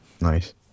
Nice